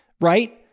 right